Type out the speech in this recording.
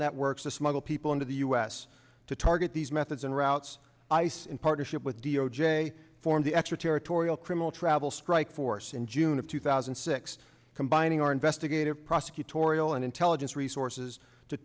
networks to smuggle people into the us to target these methods and routes ice in partnership with d o j form the extraterritorial criminal travel strike force in june of two thousand and six combining our investigative prosecutorial and intelligence resources to